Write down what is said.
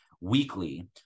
weekly